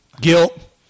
Guilt